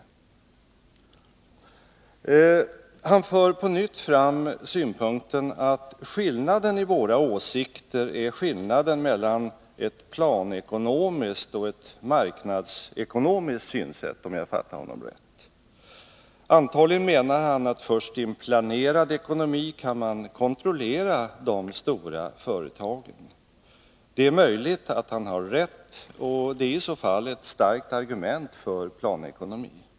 Rolf Wirtén för på nytt fram synpunkten att skillnaden i våra åsikter är skillnaden mellan ett planekonomiskt och ett marknadsekonomiskt synsätt, om jag fattade honom rätt. Antagligen menar han att först i en planerad ekonomi kan man kontrollera de stora företagen. Det är möjligt att han har rätt, och det är i så fall ett starkt argument för planekonomi.